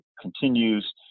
continues